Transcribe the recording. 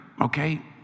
okay